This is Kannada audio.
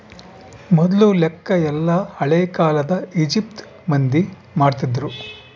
ಮೊದ್ಲು ಲೆಕ್ಕ ಎಲ್ಲ ಹಳೇ ಕಾಲದ ಈಜಿಪ್ಟ್ ಮಂದಿ ಮಾಡ್ತಿದ್ರು